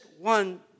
one